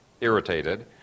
irritated